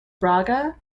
braga